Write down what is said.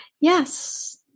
Yes